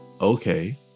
okay